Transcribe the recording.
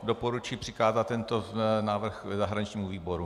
Doporučuji přikázat tento návrh zahraničnímu výboru.